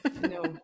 no